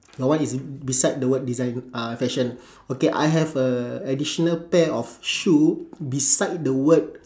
your one is it beside the word design uh fashion okay I have a additional pair of shoe beside the word